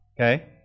okay